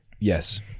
Yes